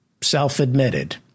self-admitted